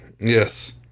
Yes